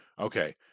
Okay